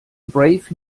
brave